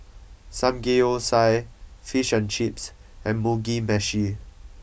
Samgeyopsal Fish and Chips and Mugi Meshi